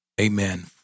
Amen